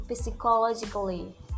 psychologically